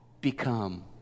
become